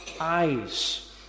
eyes